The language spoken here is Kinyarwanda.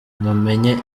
mumenye